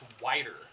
wider